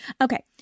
Okay